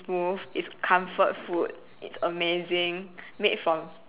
smooth it's comfort food it's amazing made from